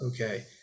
Okay